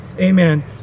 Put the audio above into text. Amen